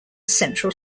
central